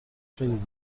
خیلی